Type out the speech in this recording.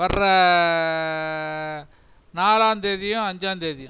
வர்ற நாலாந்தேதியும் அஞ்சாந்தேதியும்